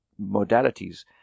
modalities